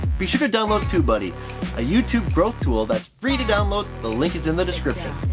be sure to download tubebuddy a youtube growth tool that's free to download the link is in the description